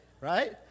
right